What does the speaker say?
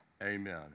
Amen